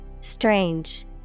Strange